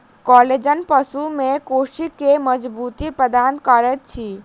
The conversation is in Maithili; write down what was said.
कोलेजन पशु में कोशिका के मज़बूती प्रदान करैत अछि